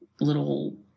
little